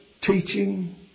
teaching